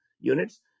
units